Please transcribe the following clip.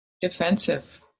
defensive